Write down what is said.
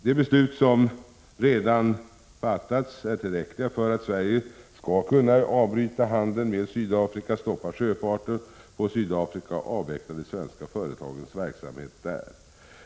De beslut som redan fattats är tillräckliga för att Sverige skall kunna avbryta handeln med Sydafrika, stoppa sjöfarten på Sydafrika och avveckla de svenska företagens verksamhet där.